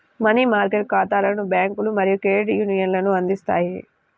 money market ఖాతాలను బ్యాంకులు మరియు క్రెడిట్ యూనియన్లు అందిస్తాయి